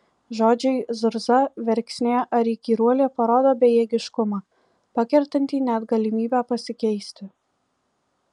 žodžiai zurza verksnė ar įkyruolė parodo bejėgiškumą pakertantį net galimybę pasikeisti